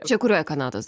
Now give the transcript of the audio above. čia kurioj kanados